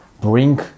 bring